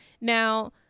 Now